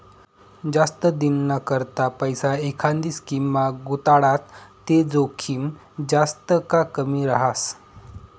जास्त दिनना करता पैसा एखांदी स्कीममा गुताडात ते जोखीम जास्त का कमी रहास